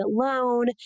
alone